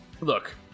Look